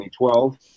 2012